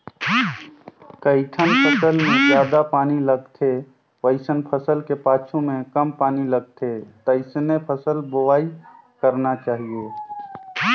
कइठन फसल मे जादा पानी लगथे वइसन फसल के पाछू में कम पानी लगथे तइसने फसल बोवाई करना चाहीये